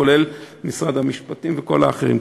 כולל משרד המשפטים וכל האחרים.